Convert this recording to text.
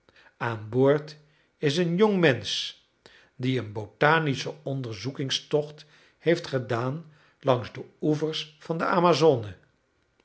aan boord is een jongmensch die een botanischen onderzoekingstocht heeft gedaan langs de oevers van de amazone